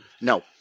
No